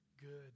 good